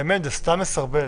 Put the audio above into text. באמת זה סתם מסרבל.